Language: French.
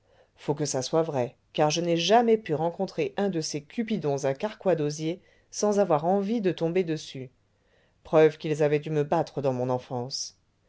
faut que ça soit vrai car je n'ai jamais pu rencontrer un de ces cupidons à carquois d'osier sans avoir envie de tomber dessus preuve qu'ils avaient dû me battre dans mon enfance